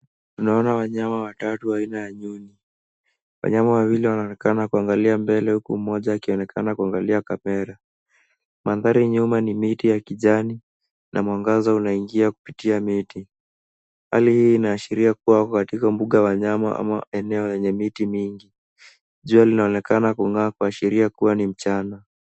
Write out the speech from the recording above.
Tunaona wanyama watatu aina ya nyuni. Wanyama wawili wanaonekana kuangalia mbele huku mmoja akionekana kuangalia kamera. Mandhari nyuma ni miti ya kijani na mwangaza unaingia kupitia miti. Hali hii inaashiria kuwa wako katika mbuga ya wanyama ama eneo yenye miti mingi. Jua linaonekana kungaa kuashiria kuwa ni mchana.